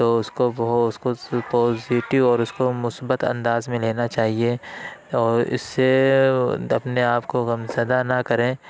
تو اس کو وہ اس کو پازیٹیو اور اس کو مثبت انداز میں لینا چاہیے اور اس سے اپنے آپ کو غم زدہ نہ کریں